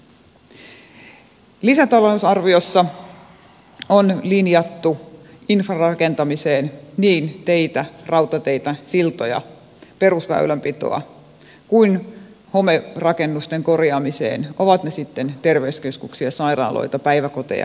lisätalousarviossa on linjattu infran rakentamiseen niin teitä rautateitä siltoja perusväylänpitoa kuin homerakennusten korjaamista ovat ne sitten terveyskeskuksia sairaaloita päiväkoteja kouluja